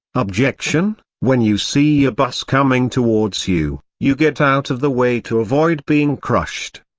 objection when you see a bus coming towards you, you get out of the way to avoid being crushed.